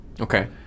Okay